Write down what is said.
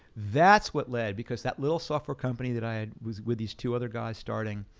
that's what led, because that little software company that i was with these two other guys starting,